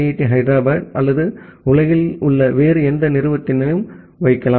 D Hyderabad அல்லது உலகில் உள்ள வேறு எந்த நிறுவனத்திலும் வைக்கலாம்